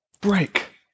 break